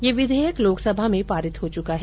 ये विधेयक लोकसभा में पारित हो चुका है